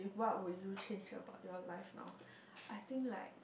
what would you change about your life now I think like